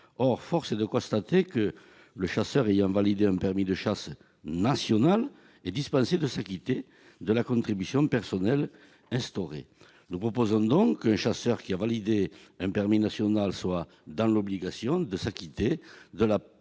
Or force est de constater que le chasseur ayant validé un permis de chasse national est dispensé, lui, de s'acquitter de la contribution personnelle instaurée. Nous proposons donc qu'un chasseur qui a validé un permis national soit dans l'obligation de s'acquitter de la